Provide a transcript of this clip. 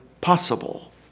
possible